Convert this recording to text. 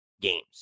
games